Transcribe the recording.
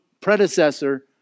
predecessor